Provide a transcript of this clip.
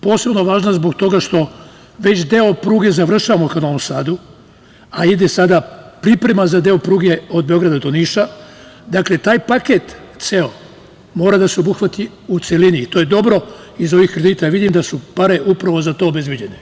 Posebno važna zbog toga što već deo pruge završavamo ka Novom Sadu, i ide sada priprema za deo pruge od Beograda do Niša, dakle taj ceo paket, mora da se obuhvati u celini i to je dobro iz ovih kredita, jer vidim da su pare upravo za to obezbeđene.